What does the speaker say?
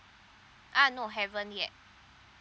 ah no haven't yet